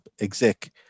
exec